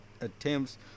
attempts